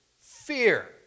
fear